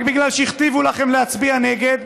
רק בגלל שהכתיבו לכם להצביע נגד,